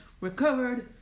recovered